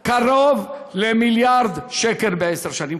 קרוב למיליארד שקל בעשר שנים,